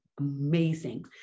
amazing